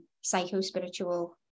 psycho-spiritual